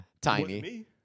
Tiny